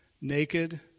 Naked